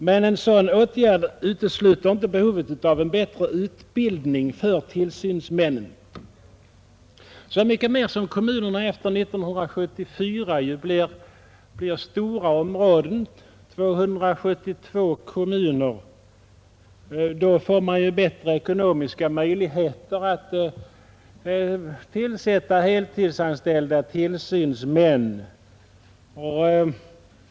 Men en sådan åtgärd utesluter inte behovet av en bättre utbildning för tillsynsmännen, så mycket mer som kommunerna efter 1974 ju blir stora områden. Det blir 272 storkommuner, som då får bättre ekonomiska möjligheter att ha heltidsanställda tillsynsmän.